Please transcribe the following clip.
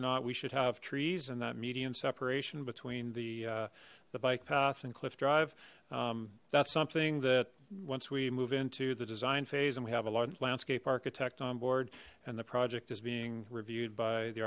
or not we should have trees and that median separation between the uh the bike path and cliff drive that's something that once we move into the design phase and we have a landscape architect on board and the project is being reviewed by the